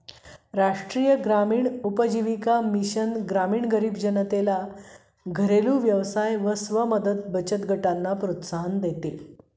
राष्ट्रीय ग्रामीण उपजीविका मिशन ग्रामीण गरीब जनतेला घरेलु व्यवसाय व स्व मदत बचत गटांना प्रोत्साहन देते